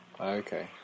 Okay